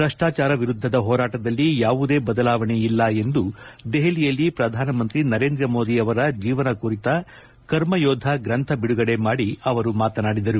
ಭ್ರಷ್ಲಾಚಾರ ವಿರುದ್ದದ ಹೋರಾಟದಲ್ಲಿ ಯಾವುದೇ ಬದಲಾವಣೆ ಇಲ್ಲ ಎಂದು ದೆಹಲಿಯಲ್ಲಿ ಪ್ರಧಾನಮಂತ್ರಿ ನರೇಂದ್ರ ಮೋದಿ ಅವರ ಜೀವನ ಕುರಿತು ಕರ್ಮಯೋಧ ಗ್ರಂಥ ಬಿಡುಗಡೆ ಮಾಡಿ ಅವರು ಮಾತನಾಡಿದರು